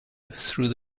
through